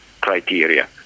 criteria